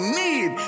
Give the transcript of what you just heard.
need